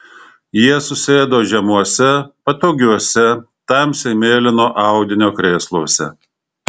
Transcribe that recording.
jie susėdo žemuose patogiuose tamsiai mėlyno audinio krėsluose